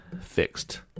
fixed